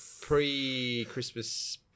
pre-Christmas